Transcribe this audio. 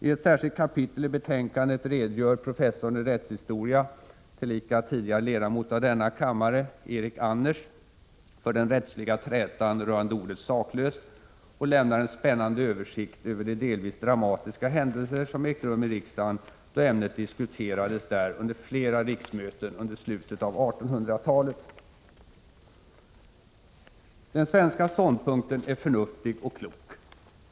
I ett särskilt kapitel i betänkandet redogör professorn i rättshistoria, tillika tidigare ledamot av denna kammare, Erik Anners för den rättsliga trätan rörande ordet saklös och lämnar en spännande översikt över de delvis dramatiska händelser som ägt rum i riksdagen, då ämnet diskuterades där under flera riksmöten i slutet av 1800-talet. Den svenska ståndpunkten är förnuftig och klok.